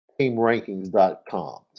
teamrankings.com